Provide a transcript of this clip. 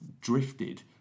drifted